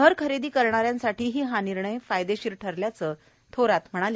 घर खरेदी करणाऱ्यांसाठीही हा निर्णय फायदेशीर असल्याचं थोरात म्हणाले